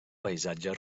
paisatge